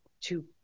two